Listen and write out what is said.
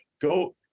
Go